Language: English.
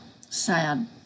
Sad